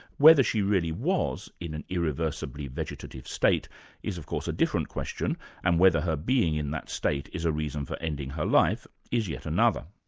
whether she really was in an irreversibly vegetative state is of course a different question and whether her being in that state is a reason for ending her life is yet another.